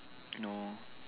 oh